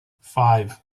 five